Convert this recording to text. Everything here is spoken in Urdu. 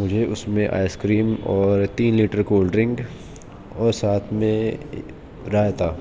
مجھے اس میں آئس کریم اور تین لیٹر کولڈ ڈرنک اور ساتھ میں رائتا